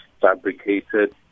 fabricated